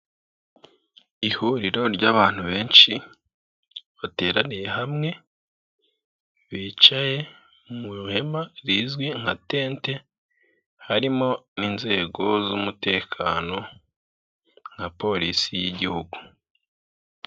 Ihuriro ry'abantu benshi bateraniye hamwe bicaye mu ihema rizwi nka tente, harimo n'inzego z'umutekano nka Polisi y'igihugu.